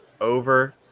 over